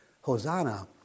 Hosanna